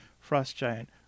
frost-giant